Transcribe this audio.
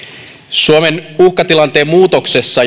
suomen uhkatilanteen muutoksessa